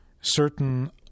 certain